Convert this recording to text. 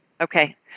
Okay